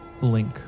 Link